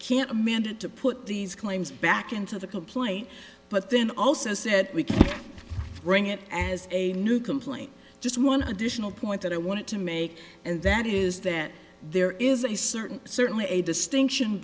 can't amend it to put these claims back into the complaint but then also said we can bring it as a new complaint just one additional point that i want to make and that is that there is a certain certainly a distinction